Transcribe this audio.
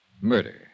murder